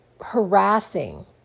harassing